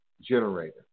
Generator